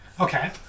okay